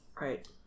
right